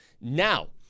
Now